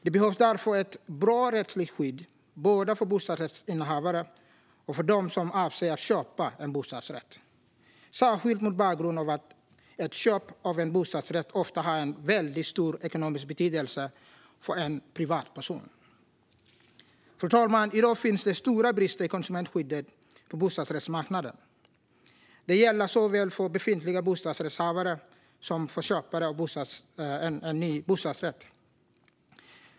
Det behövs därför ett bra rättsligt skydd både för bostadsrättshavare och för dem som avser att köpa en bostadsrätt, särskilt mot bakgrund av att ett köp av en bostadsrätt ofta har en väldigt stor ekonomisk betydelse för en privatperson. Fru talman! I dag finns det stora brister i konsumentskyddet på bostadsrättsmarknaden. Det gäller såväl för befintliga bostadsrättshavare som för nya köpare av en bostadsrätt.